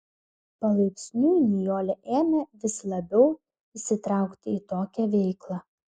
palaipsniui nijolė ėmė vis labiau įsitraukti į tokią veiklą